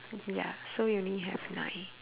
ya so we only have nine